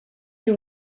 you